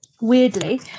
weirdly